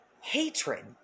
hatred